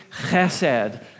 Chesed